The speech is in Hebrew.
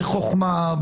בחוכמה,